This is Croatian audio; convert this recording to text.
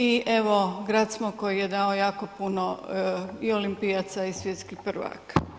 I evo grad smo koji je dao jako puno i olimpijaca i svjetskih prvaka.